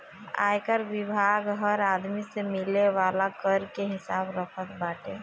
आयकर विभाग हर आदमी से मिले वाला कर के हिसाब रखत बाटे